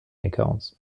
accounts